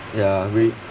ya we